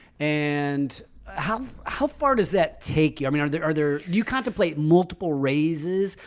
and how how far does that take you? i mean, are there are there you contemplate multiple raises?